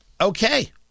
Okay